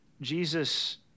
Jesus